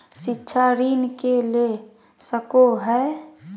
शिक्षा ऋण के ले सको है?